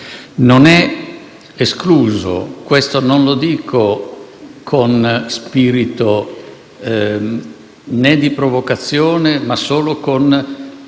Non è escluso - questo non lo dico con spirito di provocazione, ma solo con